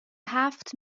هفت